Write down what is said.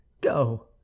go